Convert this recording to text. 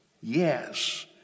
Yes